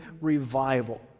revival